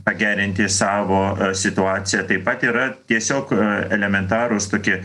pagerinti savo situaciją taip pat yra tiesiog elementarūs tokie